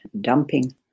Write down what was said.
dumping